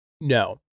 No